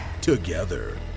Together